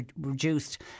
reduced